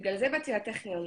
בגלל זה באתי לטכניון,